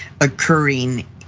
occurring